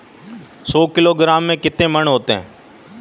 सौ किलोग्राम में कितने मण होते हैं?